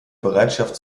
bereitschaft